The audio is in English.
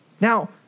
Now